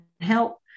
help